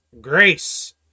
grace